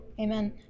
Amen